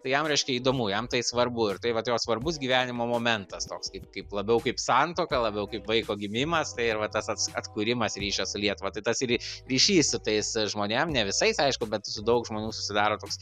tai jam reiškia įdomu jam tai svarbu ir tai vat jo svarbus gyvenimo momentas toks kaip kaip labiau kaip santuoka labiau kaip vaiko gimimas tai ir va tas ats atkūrimas ryšio su lietuva tai tas ry ryšys su tais žmonėm ne visais aišku bet su daug žmonių susidaro toks